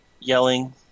yelling